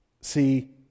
See